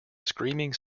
screaming